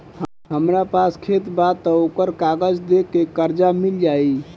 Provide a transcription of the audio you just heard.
हमरा पास खेत बा त ओकर कागज दे के कर्जा मिल जाई?